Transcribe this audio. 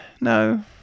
no